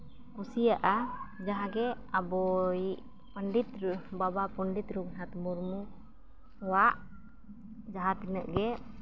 ᱠᱩᱥᱤᱭᱟᱜᱼᱟ ᱡᱟᱦᱟᱸ ᱜᱮ ᱟᱵᱚᱭᱤᱡ ᱯᱚᱱᱰᱤᱛ ᱵᱟᱵᱟ ᱯᱚᱱᱰᱤᱛ ᱨᱚᱜᱷᱩᱱᱟᱛᱷ ᱢᱩᱨᱢᱩᱣᱟᱜ ᱡᱟᱦᱟᱸ ᱛᱤᱱᱟᱹᱜ ᱜᱮ